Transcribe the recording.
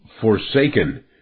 forsaken